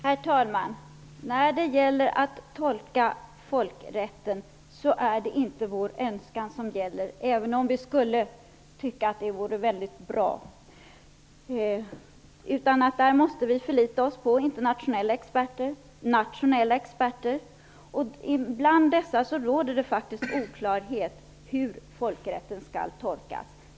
Herr talman! I fråga om att tolka folkrätten är det inte vår önskan som gäller, även om vi skulle tycka att det vore väldigt bra, utan där måste vi förlita oss på internationella och nationella experter, och bland dessa råder det faktiskt oklarhet om hur folkrätten skall tolkas.